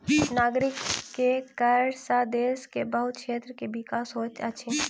नागरिक के कर सॅ देश के बहुत क्षेत्र के विकास होइत अछि